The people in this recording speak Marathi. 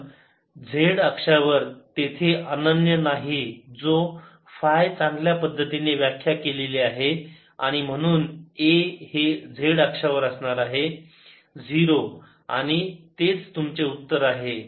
पण z अक्षावर तेथे अनन्य नाही जो फाय चांगल्या पद्धतीने व्याख्या केलेला आहे आणि म्हणून A हे z अक्षावर असणार आहे 0 आणि तेच तुमचे उत्तर आहे